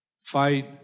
fight